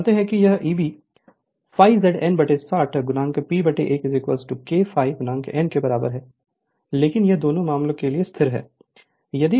हम जानते हैं कि यह Eb ∅ Z N 60 P a K ∅ n के बराबर है लेकिन यह दोनों मामलों के लिए स्थिर है